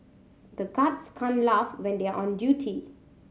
the guards can't laugh when they are on duty